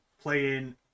playing